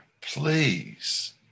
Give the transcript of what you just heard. please